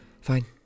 Fine